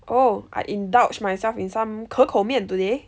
oh I indulge myself in some 可口面 today